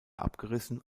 abgerissen